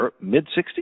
mid-60s